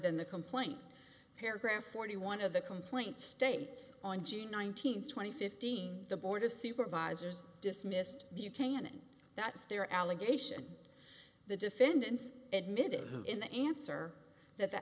than the complaint paragraph forty one of the complaint states on june nineteenth twenty fifteen the board of supervisors dismissed buchanan that's their allegation the defendants admitted in the answer that the